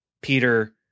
Peter